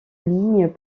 ligne